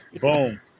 Boom